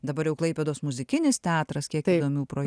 dabar jau klaipėdos muzikinis teatras